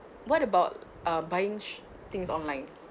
what about uh buying things online